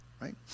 right